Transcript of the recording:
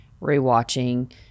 re-watching